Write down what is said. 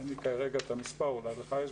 אין לי כרגע את המספר, אולי לך יש,